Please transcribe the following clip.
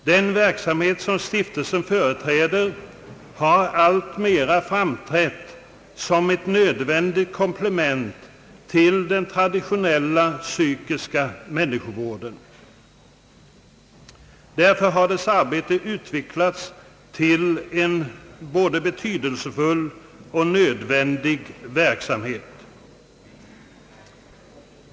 Den verksamhet som stiftelsen bedriver har alltmera framträtt som ett nödvändigt komplement till den traditionella psykiska människovården. Därför har dess arbete utvecklats till en både betydelsefull och nödvändig verksamhet.